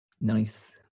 Nice